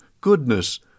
goodness